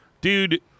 Dude